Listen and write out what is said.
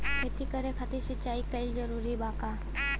खेती करे खातिर सिंचाई कइल जरूरी बा का?